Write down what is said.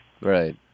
Right